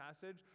passage